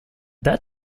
that